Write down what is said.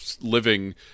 living